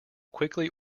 quickly